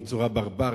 בצורה ברברית,